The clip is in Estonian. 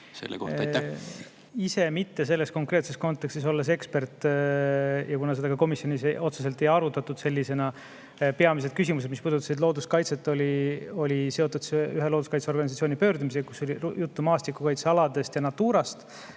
ise ei ole selles konkreetses kontekstis ekspert ja seda ka komisjonis otseselt ei arutatud. Peamised küsimused, mis puudutasid looduskaitset, olid seotud ühe looduskaitseorganisatsiooni pöördumisega, kus oli juttu maastikukaitsealadest ja Naturast.